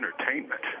entertainment